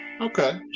Okay